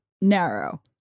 narrow